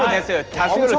a cafe.